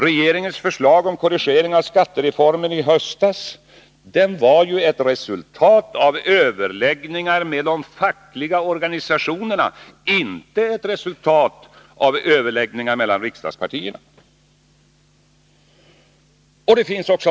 Regeringens förslag om korrigering av skattereformen i höstas var ju ett resultat av överläggningar med de fackliga organisationerna, inte ett resultat av överläggningar mellan riksdagspartierna.